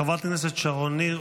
חברת הכנסת שרון ניר.